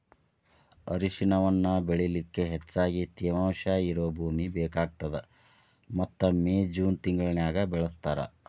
ಅರಿಶಿಣವನ್ನ ಬೆಳಿಲಿಕ ಹೆಚ್ಚಗಿ ತೇವಾಂಶ ಇರೋ ಭೂಮಿ ಬೇಕಾಗತದ ಮತ್ತ ಮೇ, ಜೂನ್ ತಿಂಗಳನ್ಯಾಗ ಬೆಳಿಸ್ತಾರ